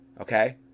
Okay